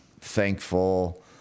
thankful